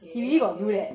okay okay